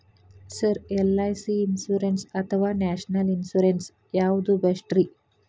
Sir LIC insurance ಅಥವಾ national insurance ಯಾವುದು ಬೆಸ್ಟ್ರಿ?